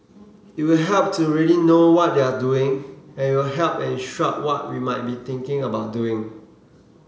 it will help to really know what they're doing and it will help and instruct what we might be thinking about doing